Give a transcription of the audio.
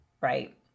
right